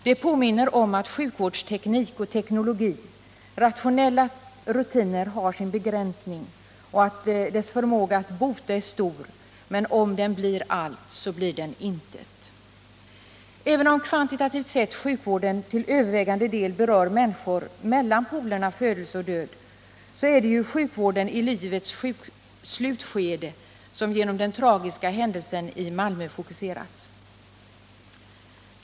Det påminner om att sjukvårdsteknik, sjukvårdsteknologi och rationell rutin har sin begränsning. Dess förmåga att bota är stor, men om den blir allt blir den intet. Även om sjukvården kvantitativt sett till övervägande del berör människor mellan polerna födelse-död är det sjukvården i livets slutskede som fokuserats till följd av den tragiska händelsen i Malmö.